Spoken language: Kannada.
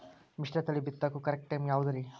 ಮಿಶ್ರತಳಿ ಬಿತ್ತಕು ಕರೆಕ್ಟ್ ಟೈಮ್ ಯಾವುದರಿ?